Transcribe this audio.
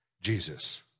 Jesus